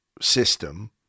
system